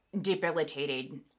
debilitated